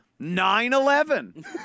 9-11